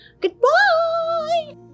Goodbye